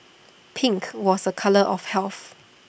pink was A colour of health